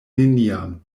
neniam